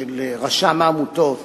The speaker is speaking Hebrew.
של רשם העמותות,